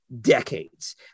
decades